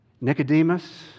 Nicodemus